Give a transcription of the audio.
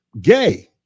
gay